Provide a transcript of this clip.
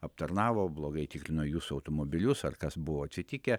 aptarnavo blogai tikrino jūsų automobilius ar kas buvo atsitikę